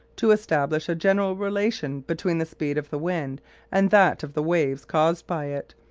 to establish a general relation between the speed of the wind and that of the waves caused by it,